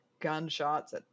gunshots